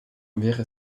wäre